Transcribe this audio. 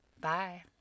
Bye